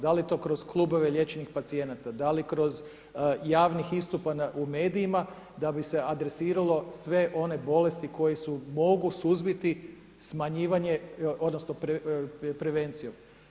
Da li je to kroz klubove liječenih pacijenata, da li kroz javnih istupa u medijima da bi se adresiralo sve one bolesti koje se mogu suzbiti smanjivanje, odnosno prevenciju.